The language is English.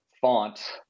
font